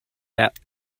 that